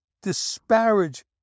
disparage